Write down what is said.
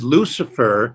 Lucifer